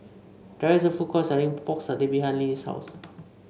there is a food court selling Pork Satay behind Linnie's house